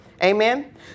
Amen